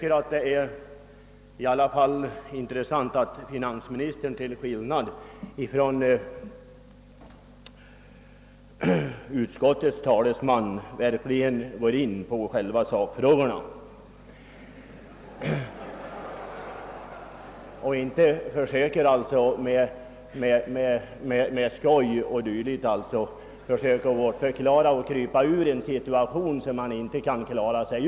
Det är i alla fall intressant att finansministern till skillnad från utskottets talesman går in på själva sakfrågorna och inte med skämt och dylikt försöker krypa ur en situation som han inte kan klara upp.